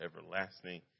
everlasting